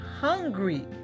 hungry